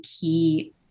key